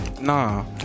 Nah